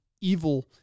evil